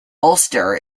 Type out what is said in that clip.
ulster